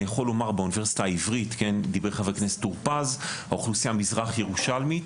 אני יכול לומר שבאוניברסיטה העברית האוכלוסייה המזרח ירושלמית,